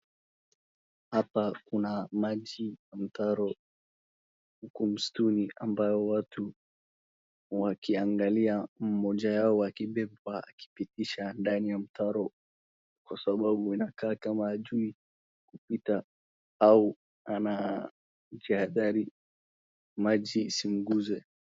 Hapa kuna maji ya mtaro huku msituni ambayo watu wakiangalia mmoja yao akibeba akipitisha ndani ya mtaro, kwa sababu inakaa kama hajui kupita au anajihadhari maji isimguze.